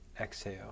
exhale